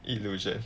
illusion